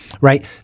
right